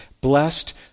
Blessed